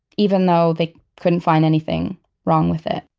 even though they couldn't find anything wrong with it.